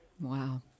Wow